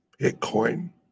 Bitcoin